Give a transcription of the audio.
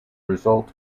result